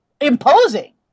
imposing